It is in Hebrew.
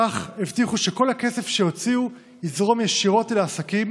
כך הבטיחו שכל הכסף שהוציאו יזרום ישירות לעסקים